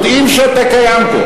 יודעים שאתה קיים פה.